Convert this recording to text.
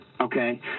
okay